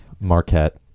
Marquette